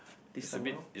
this time round